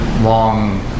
long